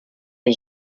les